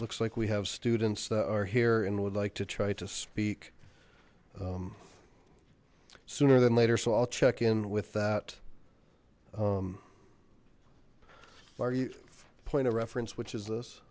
looks like we have students that are here and would like to try to speak sooner than later so i'll check in with that why are you point of reference which is